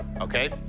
okay